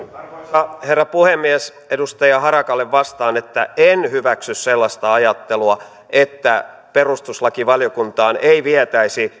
arvoisa herra puhemies edustaja harakalle vastaan että en hyväksy sellaista ajattelua että perustuslakivaliokuntaan ei vietäisi